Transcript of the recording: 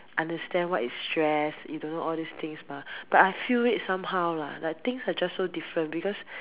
understand what is stress you don't know all this things mah but I feel it somehow lah like things are just so different because